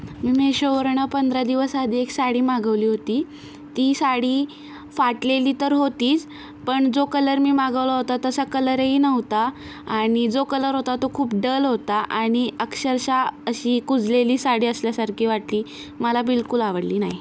मी मीशोवरनं पंधरा दिवसाआधी एक साडी मागवली होती ती साडी फाटलेली तर होतीच पण जो कलर मी मागवला होता तसा कलरही नव्हता आणि जो कलर होता तो खूप डल होता आणि अक्षरशः अशी कुजलेली साडी असल्यासारखी वाटली मला बिलकूल आवडली नाही